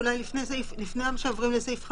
לפני שעוברים לסעיף 5,